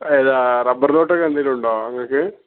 എതാണ് rubber തോട്ടം ഒക്കെ എന്തേലും ഉണ്ടോ നിങ്ങൾക്ക്